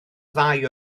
ddau